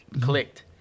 clicked